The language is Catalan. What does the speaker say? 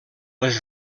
les